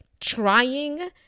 trying